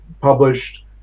published